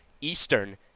Eastern